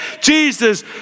Jesus